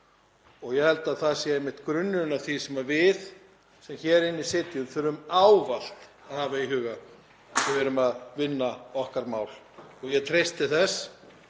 Ég held að það sé einmitt grunnurinn að því sem við sem hér inni sitjum þurfum ávallt að hafa í huga þegar við erum að vinna okkar mál. Ég treysti þess